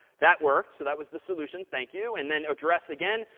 that worked. so that was the solution, thank you. and then address again.